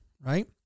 Right